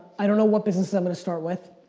i don't know what businesses i'm going to start with.